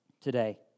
today